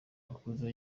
makuza